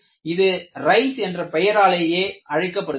இது ரைஸ் என்ற பெயராலேயே அழைக்கப்படுகிறது